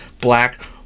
black